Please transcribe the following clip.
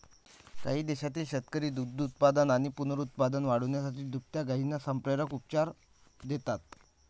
काही देशांतील शेतकरी दुग्धोत्पादन आणि पुनरुत्पादन वाढवण्यासाठी दुभत्या गायींना संप्रेरक उपचार देतात